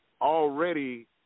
Already